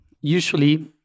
usually